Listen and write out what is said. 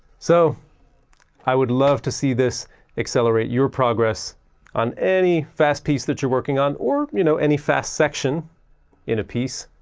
so i would love to see this accelerate your progress on any fast piece that you're working on, or you know any fast section in a piece.